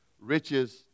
riches